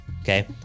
okay